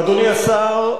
אדוני השר,